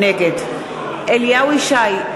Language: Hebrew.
נגד אליהו ישי,